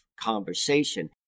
conversation